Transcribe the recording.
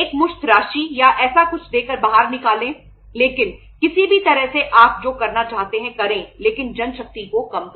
एकमुश्त राशि या ऐसा कुछ देकर बाहर निकाले लेकिन किसी भी तरह से आप जो करना चाहते हैं करें लेकिन जनशक्ति को कम करें